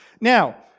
Now